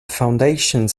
foundations